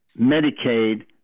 Medicaid